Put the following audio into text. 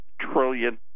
trillion